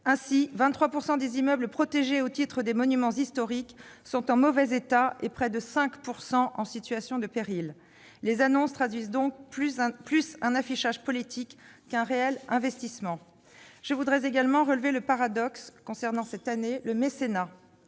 Ainsi, 23 % des immeubles protégés au titre des monuments historiques sont en mauvais état, et près de 5 % en situation de péril. Les annonces traduisent donc plus un affichage politique qu'un réel investissement. Je veux également souligner le paradoxe que connaît cette année le mécénat.